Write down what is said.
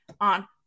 on